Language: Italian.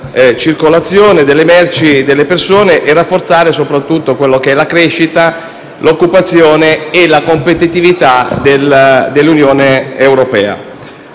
circolazione delle merci e delle persone e rafforzare, soprattutto, la crescita, l'occupazione e la competitività dell'Unione europea.